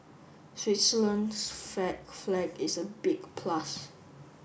Switzerland's flag flag is a big plus